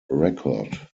record